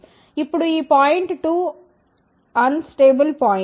ఇప్పుడు ఈ point 2 unstable point